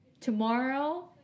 tomorrow